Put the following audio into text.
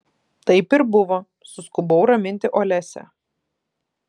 taip ir buvo suskubau raminti olesią